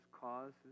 causes